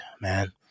man